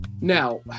Now